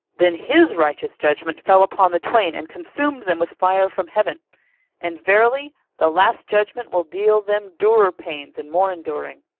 then his righteous judgment fell upon the twain and consumed them with fire from heaven and verily the last judgment will deal them durer pains and more enduring!